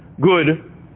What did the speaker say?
Good